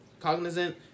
cognizant